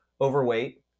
overweight